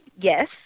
yes